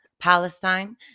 Palestine